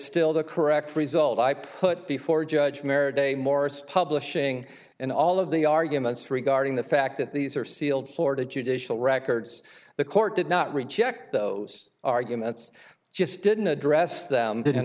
still the correct result i put before judge marriage day morris publishing and all of the arguments regarding the fact that these are sealed florida judicial records the court did not reject those arguments just didn't address them didn't